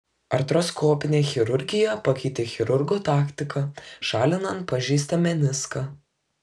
artroskopinė chirurgija pakeitė chirurgo taktiką šalinant pažeistą meniską